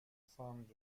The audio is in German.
saint